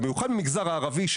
במיוחד במגזר הערבי,